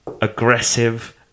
aggressive